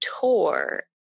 tour